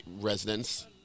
residents